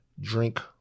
drink